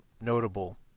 notable